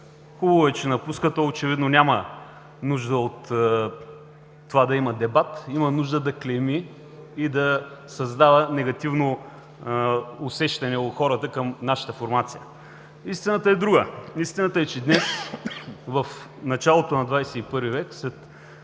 Хубаво е, че напуска. Той очевидно няма нужда от това да има дебат. Има нужда да клейми и да създава негативно усещане у хората към нашата формация. Истината е друга. Истината е, че днес, в началото на XXI век,